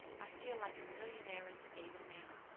i feel like a millionairess even now.